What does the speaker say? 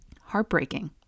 Heartbreaking